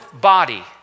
body